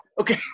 Okay